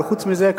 אבל חוץ מזה,